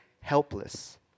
helpless